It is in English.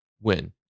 win